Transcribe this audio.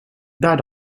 daar